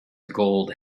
gold